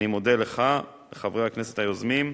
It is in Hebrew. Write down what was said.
אני מודה לך, וכן לחברי הכנסת היוזמים.